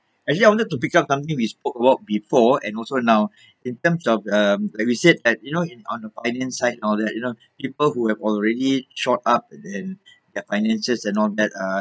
actually I wanted to pick up something we spoke about before and also now in terms of um like we said at you know in on the finance side all that you know people who have already shored up in their finances and all that uh